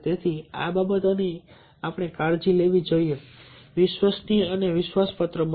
તેથી આ બાબતોની આપણે કાળજી લેવી જોઈએ વિશ્વસનીય અને વિશ્વાસપાત્ર બનો